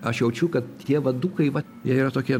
aš jaučiu kad tie vadukai va jie yra tokie